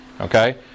Okay